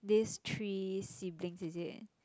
these three siblings is it